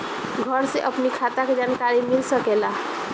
घर से अपनी खाता के जानकारी मिल सकेला?